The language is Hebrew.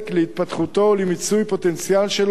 להתפתחותו ולמיצוי הפוטנציאל שלו,